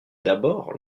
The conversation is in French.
d’abord